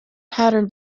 pattern